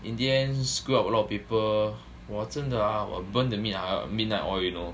in the end screw up a lot of paper 我真的 ah 我 burn the mid~ midnight oil you know